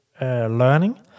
learning